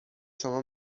شما